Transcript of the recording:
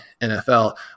NFL